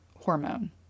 hormone